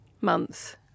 months